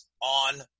on